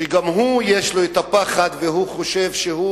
שגם הוא יש לו את הפחד והוא חושב שהוא